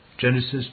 Genesis